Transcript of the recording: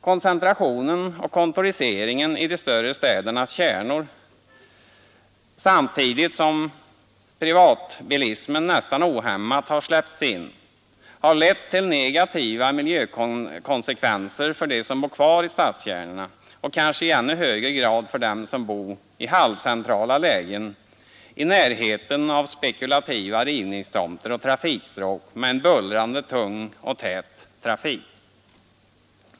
Koncentrationen och kontoriseringen i de större städernas kärnor, samtidigt som privatbilismen nästan ohämmat har släppts in, har lett till negativa miljökonsekvenser för dem som bor kvar i stadskärnorna och kanske i ännu högre grad för dem som bor i halvcentrala lägen i närheten av spekulativa rivningstomter och trafikstråk med en bullrande, tung och tät trafik.